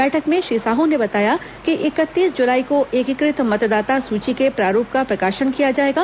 बैठक में श्री साहू ने बताया कि इकतीस जुलाई को एकीकृत मतदाता सूची के प्रारूप का प्रकाशन किया जाएगा